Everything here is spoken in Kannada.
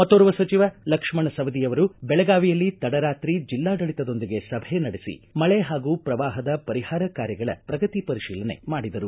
ಮತ್ತೋರ್ವ ಸಚಿವ ಲಕ್ಷ್ಮಣ ಸವದಿ ಅವರು ಬೆಳಗಾವಿಯಲ್ಲಿ ತಡರಾತ್ರಿ ಜಿಲ್ಲಾಡಳಿತದೊಂದಿಗೆ ಸಭೆ ನಡೆಸಿ ಮಳೆ ಹಾಗೂ ಪ್ರವಾಹದ ಪರಿಹಾರ ಕಾರ್ಯಗಳ ಪ್ರಗತಿ ಪರಿಶೀಲನೆ ಮಾಡಿದರು